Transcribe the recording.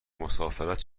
مسافرت